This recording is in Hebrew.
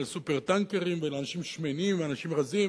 על "סופר-טנקרים" ועל אנשים שמנים ואנשים רזים,